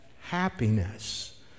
happiness